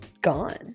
gone